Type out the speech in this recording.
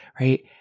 right